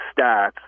stats